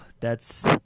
thats